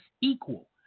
equal